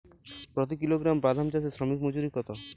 প্রতি কিলোগ্রাম বাদাম চাষে শ্রমিক মজুরি কত?